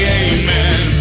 amen